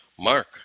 Mark